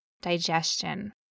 digestion